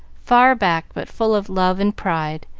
far back, but full of love and pride,